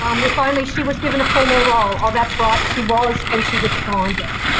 um if ah only she was given a formal role. oh, that's right, she was and she declined it.